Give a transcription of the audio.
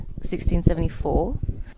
1674